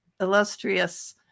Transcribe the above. illustrious